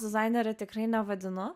dizainerė tikrai nevadinu